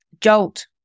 Jolt